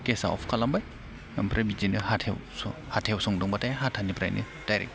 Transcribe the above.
गेसआ अफ खालामबाय ओमफ्राय बिदिनो हाथायाव हाथायाव संदोंब्लाथाय हाथानिफ्रायनो डाइरेक्ट